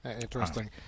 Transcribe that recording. Interesting